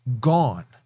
gone